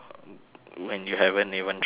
when you haven't even try it yet